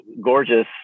gorgeous